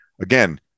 again